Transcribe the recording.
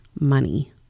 money